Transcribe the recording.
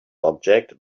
object